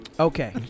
Okay